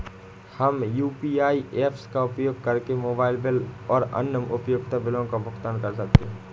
हम UPI apps का उपयोग करके मोबाइल बिल और अन्य उपयोगिता बिलों का भुगतान कर सकते हैं